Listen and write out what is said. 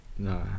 No